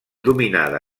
dominada